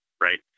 right